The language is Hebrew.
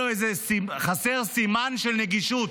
-- על זה שבאתר האינטרנט חסר סימן של נגישות.